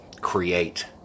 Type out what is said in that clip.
create